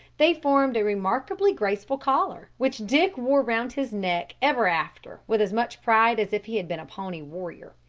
they formed a remarkably graceful collar, which dick wore round his neck ever after with as much pride as if he had been a pawnee warrior.